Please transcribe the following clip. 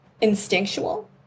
instinctual